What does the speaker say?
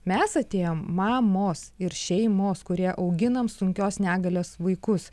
mes atėjom mamos ir šeimos kurie auginam sunkios negalės vaikus